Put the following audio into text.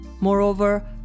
Moreover